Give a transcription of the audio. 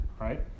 Right